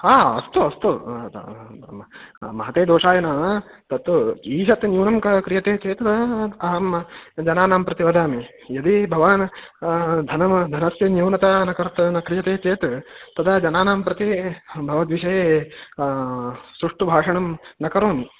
हा अस्तु अस्तु महते दोषाय न तत्तु ईषत् न्यूनं क्र क्रियते चेत् अहं जनानां प्रति वदामि यदि भवान् धनं धनस्य न्यूनता न कर्तु क्रियते चेत् तदा जनानां प्रति भवद्विषये सुष्टु भाषणं न करोमि